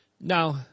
Now